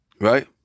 Right